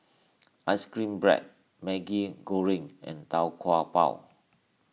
Ice Cream Bread Maggi Goreng and Tau Kwa Pau